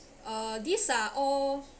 uh these are all